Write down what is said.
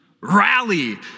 Rally